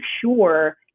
sure